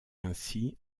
ainsi